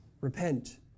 Repent